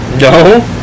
No